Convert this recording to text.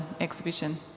exhibition